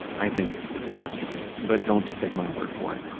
i think it's a masterpiece but don't just take my word for it.